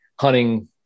hunting